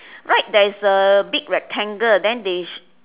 right there is a big rectangle then they